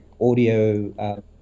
audio